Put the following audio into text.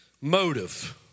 Motive